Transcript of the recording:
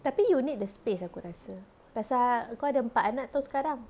tapi you need the space aku rasa pasal kau ada empat anak [tau] sekarang